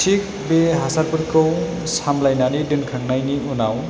थिग बे हासारफोरखौ सामलायनानै दोनखांनायनि उनाव